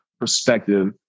perspective